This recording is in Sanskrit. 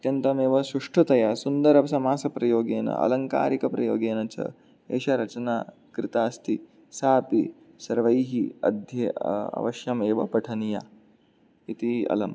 अत्यन्तमेव सुष्ठुतया सुन्दरसमासप्रयोगेन अलङ्कारिकप्रयोगेन च एषा रचना कृता अस्ति सापि सर्वैः अध्य अवश्यमेव पठनीया इति अलम्